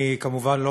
אני כמובן לא